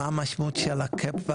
מה המשמעות של הקאפ?